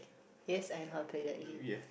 yes I know how to play that game